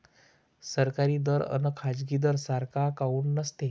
सरकारी दर अन खाजगी दर सारखा काऊन नसतो?